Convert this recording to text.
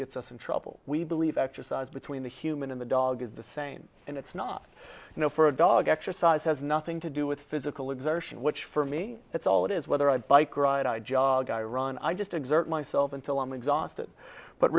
gets us in trouble we believe exercise between the human and the dog is the same and it's not you know for a dog exercise has nothing to do with physical exertion which for me it's all it is whether i bike ride i jog i run i just exert myself until i'm exhausted but